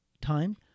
time